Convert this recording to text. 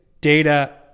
data